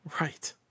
Right